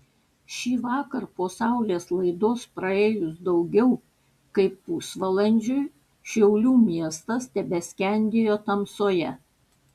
šįvakar po saulės laidos praėjus daugiau kaip pusvalandžiui šiaulių miestas tebeskendėjo tamsoje